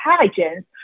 intelligence